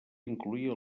incloïa